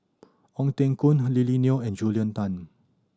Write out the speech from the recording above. Ong Teng Koon Lily Neo and Julia Tan